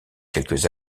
quelques